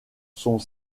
sont